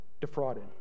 defrauded